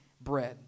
bread